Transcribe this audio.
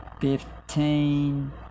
Fifteen